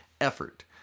effort